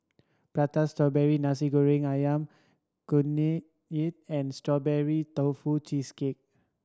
Prata Strawberry Nasi Goreng Ayam Kunyit and Strawberry Tofu Cheesecake